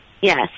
Yes